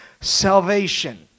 salvation